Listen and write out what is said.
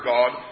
God